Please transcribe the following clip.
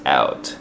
out